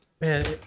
Man